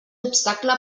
obstacle